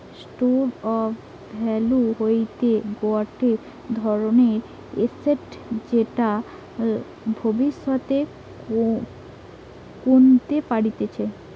store of value হতিছে গটে ধরণের এসেট যেটা ভব্যিষতে কেনতে পারতিছে